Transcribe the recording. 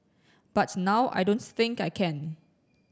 but now I don't think I can